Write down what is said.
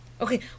Okay